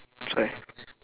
sorry